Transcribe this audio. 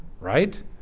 right